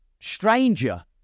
stranger